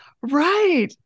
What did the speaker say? Right